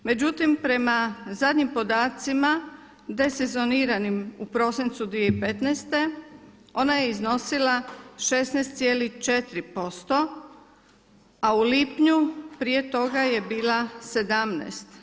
Međutim, prema zadnjim podacima desezoniranim u prosincu 2015. ona je iznosila 16,4% a u lipnju prije toga je bila 17%